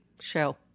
show